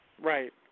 Right